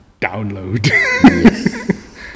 download